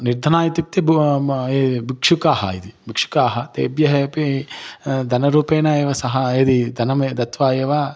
निर्धनः इत्युक्ते ब् म् ये भिक्षुकः इति भिक्षुकः तेभ्यः अपि धनरूपेण एव सहाय्यादि धनं दत्वा एव